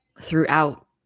throughout